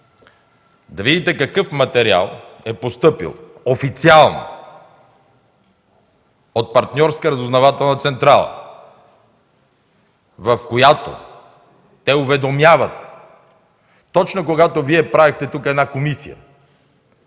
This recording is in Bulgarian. да видите какъв материал е постъпил официално от партньорска разузнавателна централа, в който те уведомяват – точно когато Вие правихте тук една комисия